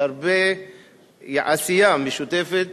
והרבה עשייה משותפת